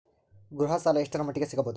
ಗೃಹ ಸಾಲ ಎಷ್ಟರ ಮಟ್ಟಿಗ ಸಿಗಬಹುದು?